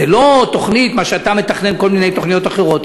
זאת לא תוכנית כמו שאתה מתכנן כל מיני תוכניות אחרות,